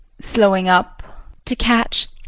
slowing up to catch